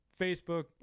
Facebook